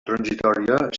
transitòria